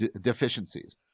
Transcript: deficiencies